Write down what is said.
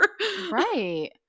right